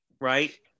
right